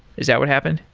is that what happened?